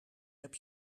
heb